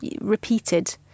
repeated